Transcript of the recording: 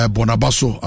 Bonabaso